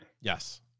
Yes